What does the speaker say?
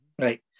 right